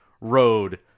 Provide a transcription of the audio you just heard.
Road